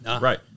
Right